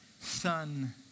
son